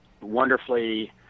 wonderfully –